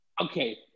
Okay